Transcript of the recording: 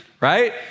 right